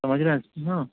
سمجھ رہے ہیں ہاں